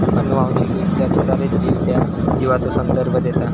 अनुवांशिकरित्या सुधारित जीव त्या जीवाचो संदर्भ देता